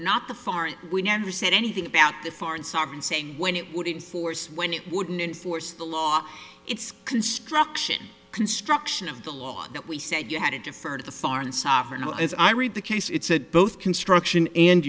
foreign we never said anything about the foreign sovereign say when it wouldn't force when it wouldn't enforce the law its construction construction of the law that we said you had to defer to the foreign sovereign as i read the case it said both construction and